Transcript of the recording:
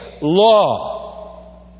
Law